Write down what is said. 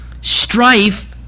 strife